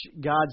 God's